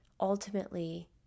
ultimately